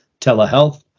telehealth